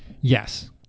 Yes